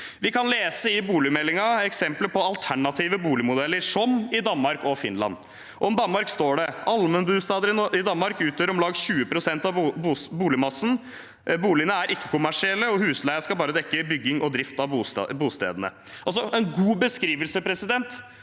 Vi kan lese i boligmeldingen om eksempler på alternative boligmodeller, som i Danmark og Finland. Om Danmark står det: «Allmennbustader i Danmark utgjer om lag 20 prosent av bustadmassen. Bustadane er ikkje-kommersielle og husleiga skal berre dekkje bygging og drift av bustadene.» Det er altså en